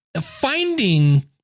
Finding